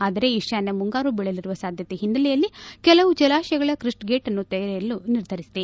ಆದರೆ ಈತಾನ್ಜ ಮುಂಗಾರು ಬೀಳಲಿರುವ ಸಾಧ್ಯತೆ ಓನ್ನೆಲೆಯಲ್ಲಿ ಕೆಲವು ಜಲಾಶಯಗಳ ಕ್ರೆಸ್ಟ್ ಗೇಟ್ಅನ್ನು ತೆರೆಯಲು ನಿರ್ಧರಿಸಿದೆ